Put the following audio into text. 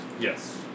Yes